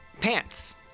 pants